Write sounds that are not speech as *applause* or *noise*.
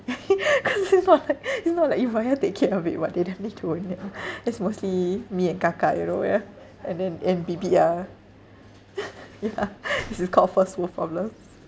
*laughs* cause it's not like *laughs* it's not like ibaya take care of it [what] *laughs* they don't need to worry that *laughs* that's mostly me and kakak you know yeah and then and bibik ah *laughs* yeah *laughs* this is called first world problems